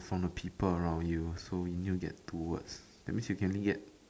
from the people around you so you need to get towards that means you can only get